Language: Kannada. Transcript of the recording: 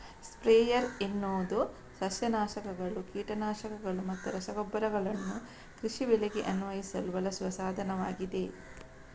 ಸ್ಪ್ರೇಯರ್ ಎನ್ನುವುದು ಸಸ್ಯ ನಾಶಕಗಳು, ಕೀಟ ನಾಶಕಗಳು ಮತ್ತು ರಸಗೊಬ್ಬರಗಳನ್ನು ಕೃಷಿ ಬೆಳೆಗಳಿಗೆ ಅನ್ವಯಿಸಲು ಬಳಸುವ ಸಾಧನವಾಗಿದೆ